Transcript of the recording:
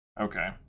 Okay